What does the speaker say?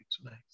tonight